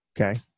Okay